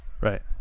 Right